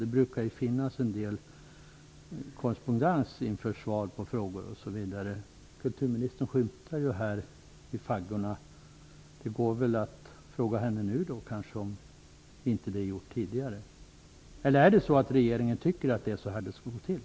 Det brukar ju förekomma en del korrespondens inför svar på frågor osv. Kulturministern skymtar ju här i faggorna. Det går väl kanske att fråga henne nu, om det inte gjorts tidigare. Eller tycker regeringen att det är så här det skall gå till?